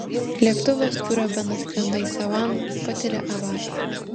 lėktuvas kuriuo benas skrenda į savaną patiria avariją